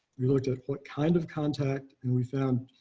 we looked at what kind of contact and we found